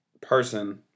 person